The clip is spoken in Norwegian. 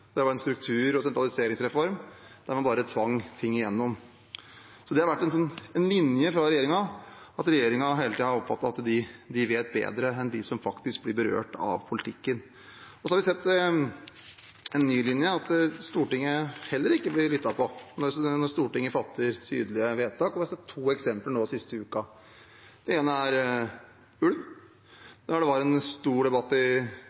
Det var en struktur- og sentraliseringsreform, der man bare tvang ting igjennom. Det har vært en linje fra regjeringen at regjeringen hele tiden har oppfattet at de vet bedre enn de som faktisk blir berørt av politikken. Nå har vi sett en ny linje – at Stortinget heller ikke blir lyttet til når Stortinget fatter tydelige vedtak. Vi har sett to eksempler nå den siste uken. Det ene gjelder ulv. Det var en stor debatt i